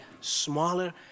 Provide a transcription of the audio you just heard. smaller